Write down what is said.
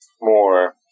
more